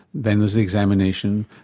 then there's the examination,